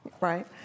right